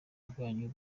rwanyu